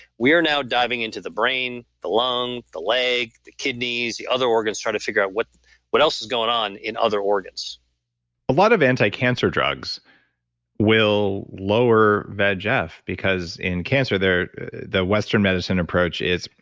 we are now diving into the brain, the lung, the leg, the kidneys, the other organs trying to figure out what what else is going on in other organs a lot of anti-cancer drugs will lower vegf, because in cancer, the western medicine approach is,